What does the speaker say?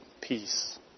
peace